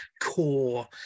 core